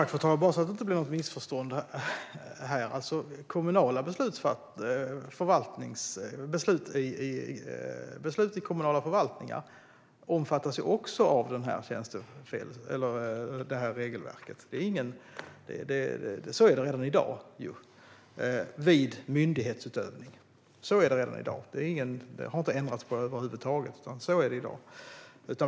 Fru talman! Bara så att det inte blir något missförstånd: Beslut i kommunala förvaltningar omfattas också av regelverket. Så är det redan i dag vid myndighetsutövning. Det har inte ändrats över huvud taget.